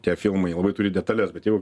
tie filmai labai turi detales bet jau